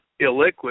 illiquid